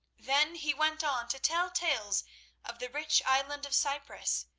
then he went on to tell tales of the rich island of cyprus,